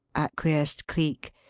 acquiesced cleek.